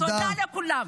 תודה לכולם.